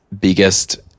biggest